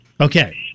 Okay